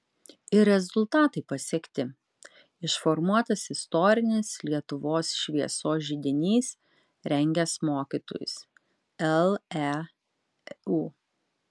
ir rezultatai pasiekti išformuotas istorinis lietuvos šviesos židinys rengęs mokytojus leu